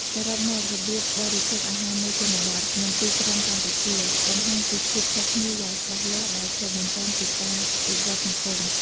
សរុបមក របៀបរបបរិភោគអាហារនៅជនបទ និងទីក្រុងកម្ពុជាបង្ហាញពីភាពខុសគ្នាយ៉ាងច្បាស់លាស់ដែលឆ្លុះបញ្ចាំងពីការវិវត្តន៍សង្គម។